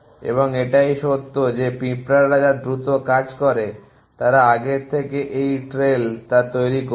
এবং এটাই সত্য যে পিঁপড়ারা যা দ্রুত কাজ করে তারা আগের থেকে এই ট্রেইল তা তৈরী করবে